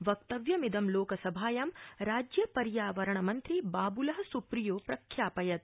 वक्तव्यमिदं लोकसभायां राज्य पर्यावरण मन्त्री बाबुल सुप्रियो प्ररण्यापयत्